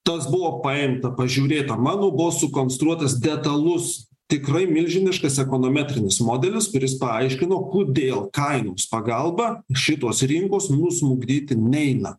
tas buvo paimta pažiūrėta mano buvo sukonstruotas detalus tikrai milžiniškas ekonometrinis modelis kuris paaiškino kodėl kainoms pagalba šitos rinkos nusmukdyti neina